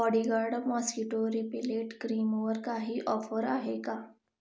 bodyguard mosquito repellent क्रीमवर काही offer आहे का